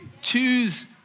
Choose